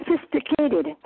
sophisticated